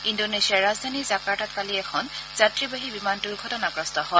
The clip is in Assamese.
ইন্দোনেছিয়াৰ ৰাজধানী জাৰ্কাতাত কালি এখন যাত্ৰীবাহী বিমান দুৰ্ঘটনাগ্ৰস্ত হয়